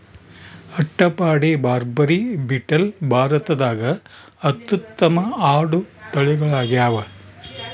ಅಟ್ಟಪಾಡಿ, ಬಾರ್ಬರಿ, ಬೀಟಲ್ ಭಾರತದಾಗ ಅತ್ಯುತ್ತಮ ಆಡು ತಳಿಗಳಾಗ್ಯಾವ